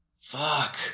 Fuck